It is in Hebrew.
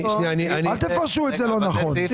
אל תפרשו את זה לא נכון.